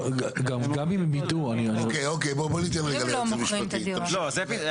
ואם הם לא מוכרים את הדירה.